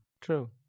True